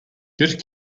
get